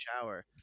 shower